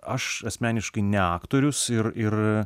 aš asmeniškai ne aktorius ir ir